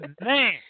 man